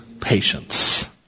patience